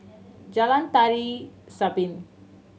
Jalan Tari Zapin